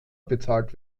bezahlt